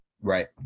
Right